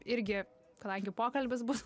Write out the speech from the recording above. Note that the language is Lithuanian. irgi kadangi pokalbis bus